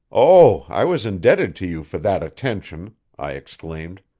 oh, i was indebted to you for that attention, i exclaimed.